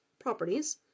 properties